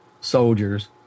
soldiers